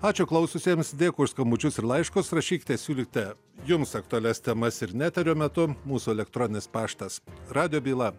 ačiū klausiusiems dėkui už skambučius ir laiškus rašykite siūlykite jums aktualias temas ir ne eterio metu mūsų elektroninis paštas radijo byla